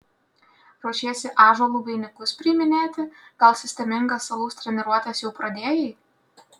ruošiesi ąžuolų vainikus priiminėti gal sistemingas alaus treniruotes jau pradėjai